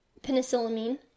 penicillamine